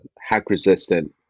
hack-resistant